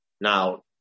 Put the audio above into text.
Now